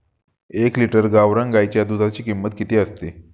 एक लिटर गावरान गाईच्या दुधाची किंमत किती असते?